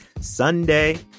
sunday